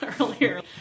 earlier